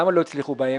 למה לא הצליחו בהם?